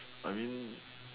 I mean